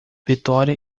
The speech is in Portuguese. vitória